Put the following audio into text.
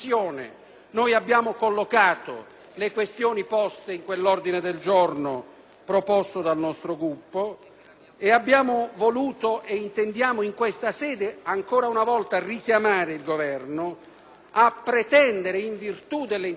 abbiamo voluto e intendiamo in questa sede, ancora una volta, richiamare il Governo a pretendere - in virtù delle intese bilaterali, contenute nell'articolo 19 del Trattato - la garanzia del rispetto dei diritti umani